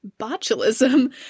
botulism